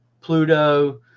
Pluto